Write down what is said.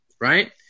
right –